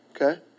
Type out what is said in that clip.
Okay